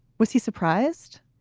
was he surprised?